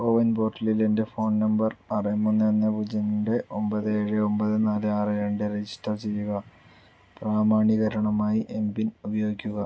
കോ win പോർട്ടലിൽ എൻ്റെ phone number ആറ് മൂന്ന് ഒന്ന് പൂജ്യം രണ്ട് ഒൻപത് ഏഴ് ഒൻപത് നാല് ആറ് രണ്ട് രജിസ്റ്റർ ചെയ്യുക പ്രാമാണീകരണമായി എം പിൻ ഉപയോഗിക്കുക